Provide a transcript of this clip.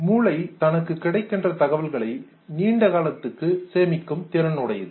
மூளை தனக்கு கிடைக்கின்ற தகவல்களை நீண்ட காலத்துக்கு சேமிக்கக் கூடிய திறனுடையது